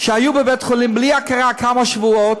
שהיו בבית-חולים בלי הכרה כמה שבועות,